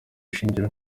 ishingiro